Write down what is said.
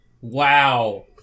Wow